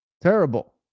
Terrible